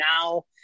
now